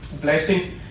Blessing